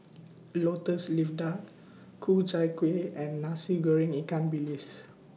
Lotus Leaf Duck Ku Chai Kuih and Nasi Goreng Ikan Bilis